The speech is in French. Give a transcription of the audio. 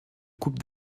coupe